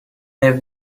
have